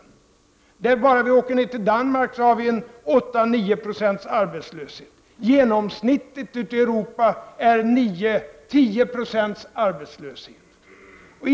Vi behöver bara titta på Danmark för att hitta en arbetslöshet på 8—9 26. Arbetslösheten ute i Europa är i genomsnitt 9—10 96.